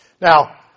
Now